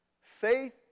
Faith